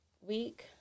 Week